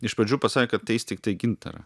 iš pradžių pasakė kad teis tiktai gintarą